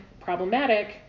problematic